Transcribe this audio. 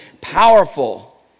powerful